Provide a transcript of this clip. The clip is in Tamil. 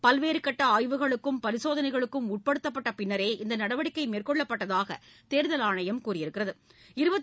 பல்வேறு கட்ட ஆய்வுகளுக்கும் பரிசோதனைகளுக்கும் உட்படுத்தப்பட்ட பின்னரே இந்த நடவடிக்கை மேற்கொள்ளப்பட்டதாக தேர்தல் ஆணையம் கூறியுள்ளது